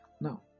Now